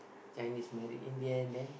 Chinese marry Indian then